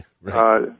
Right